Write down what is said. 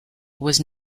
was